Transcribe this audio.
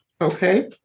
Okay